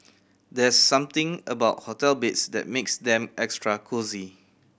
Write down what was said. there's something about hotel beds that makes them extra cosy